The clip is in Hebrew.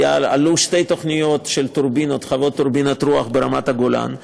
שתי תוכניות של חוות טורבינות רוח ברמת הגולן,